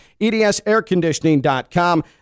EDSairconditioning.com